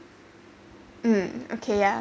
um okay ya